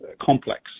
complex